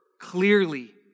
clearly